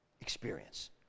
experience